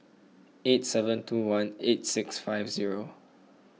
eight seven two one eight six five zero